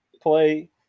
Play